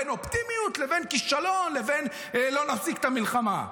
בין אופטימיות לבין כישלון לבין: לא נפסיק את המלחמה.